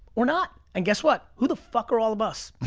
or not. and guess what? who the fuck are all of us?